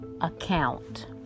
account